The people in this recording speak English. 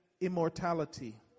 immortality